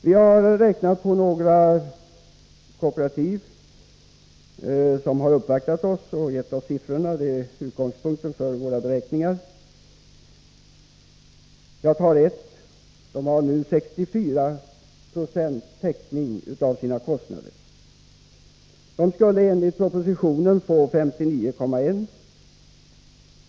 Vi har i utskottet räknat på några kooperativ som har uppvaktat oss. Det är alltså deras siffror som är utgångspunkten för beräkningarna. Ett kooperativ, som nu har 64 90 täckning av sina kostnader, skulle enligt propositionen få 59,1 Jo.